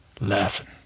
laughing